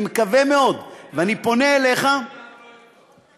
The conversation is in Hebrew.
אני מקווה מאוד, ואני פונה אליך, איתן,